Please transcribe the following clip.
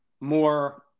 more